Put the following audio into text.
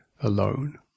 alone